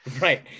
Right